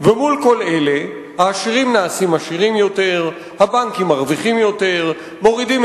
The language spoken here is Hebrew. ולכן הפלסטינים הודיעו לארצות-הברית, הודיעו